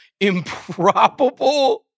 improbable